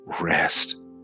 rest